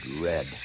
red